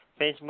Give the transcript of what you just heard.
facebook